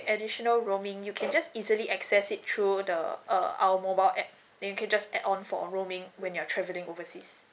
additional roaming you can just easily access it through the uh our mobile app then you can just add on for roaming when you're travelling overseas